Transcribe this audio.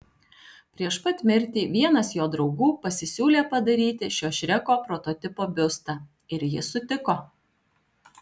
prieš pat mirtį vienas jo draugų pasisiūlė padaryti šio šreko prototipo biustą ir jis sutiko